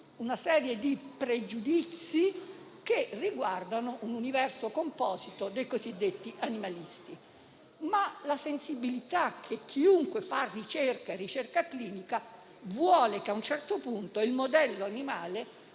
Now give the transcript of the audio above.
alcuni pregiudizi, che riguardano l'universo composito dei cosiddetti animalisti. La sensibilità di chiunque fa ricerca clinica vuole che a un certo punto il modello animale